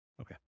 Okay